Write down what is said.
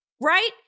right